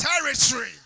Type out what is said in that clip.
territory